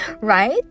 right